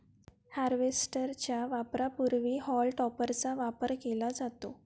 harvester च्या वापरापूर्वी हॉल टॉपरचा वापर केला जातो